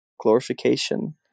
glorification